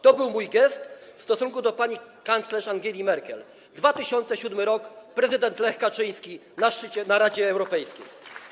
To był mój gest w stosunku do pani kanclerz Angeli Merkel - 2007 r., prezydent Lech Kaczyński na posiedzeniu Rady Europejskiej.